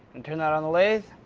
and turn it on the lathe